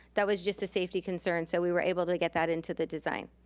that was just a safety concern, so we were able to get that into the design.